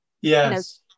Yes